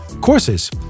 courses